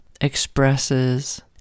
expresses